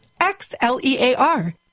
X-L-E-A-R